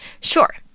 Sure